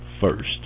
first